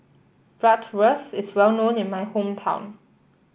bratwurst is well known in my hometown